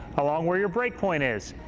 along where your break point is.